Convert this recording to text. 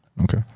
Okay